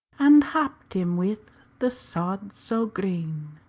and happed him with the sod so green.